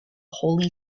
holy